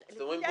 אז אתם אומרים,